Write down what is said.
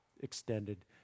extended